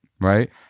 right